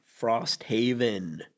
Frosthaven